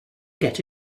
get